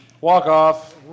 Walk-off